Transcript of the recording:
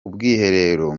ubwiherero